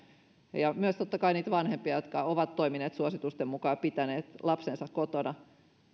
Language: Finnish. ja myös totta kai niitä vanhempia jotka ovat toimineet suositusten mukaan ja pitäneet lapsensa kotona